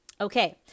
okay